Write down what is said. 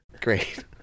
Great